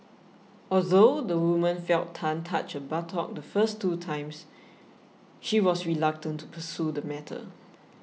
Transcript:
although the woman felt Tan touch her buttock the first two times she was reluctant to pursue the matter